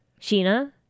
Sheena